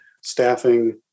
staffing